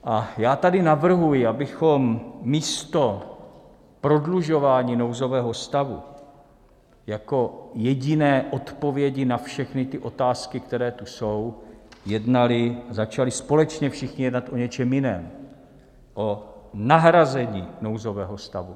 A já tady navrhuji, abychom místo prodlužování nouzového stavu jako jediné odpovědi na všechny otázky, které tu jsou, začali společně všichni jednat o něčem jiném, o nahrazení nouzového stavu.